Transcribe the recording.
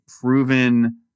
proven